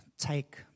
take